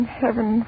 heaven